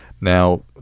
now